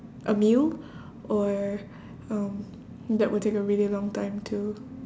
a meal or um that will take a really long time to